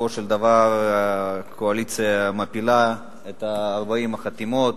ובסופו של דבר הקואליציה מפילה את 40 החתימות.